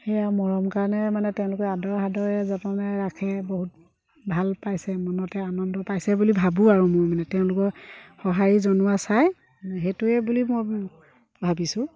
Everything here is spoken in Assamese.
সেয়া মৰম কাৰণে মানে তেওঁলোকে আদৰ সাদৰে যতনে ৰাখে বহুত ভাল পাইছে মনতে আনন্দ পাইছে বুলি ভাবোঁ আৰু মই মানে তেওঁলোকৰ সঁহাৰি জনোৱা চাই সেইটোৱে বুলি মই ভাবিছোঁ